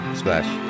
splash